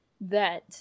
that-